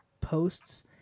posts